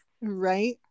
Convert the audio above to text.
Right